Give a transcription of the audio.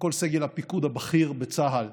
לכל סגל הפיקוד הבכיר בצה"ל.